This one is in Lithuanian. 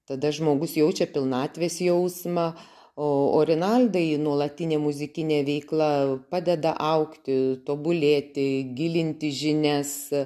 tada žmogus jaučia pilnatvės jausmą o rinaldai nuolatinė muzikinė veikla padeda augti tobulėti gilinti žinias